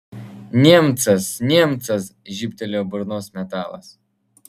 niemcas niemcas žybtelėjo burnos metalas